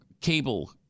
cable